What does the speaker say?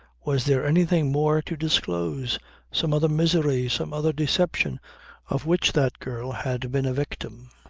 was there anything more to disclose some other misery, some other deception of which that girl had been a victim?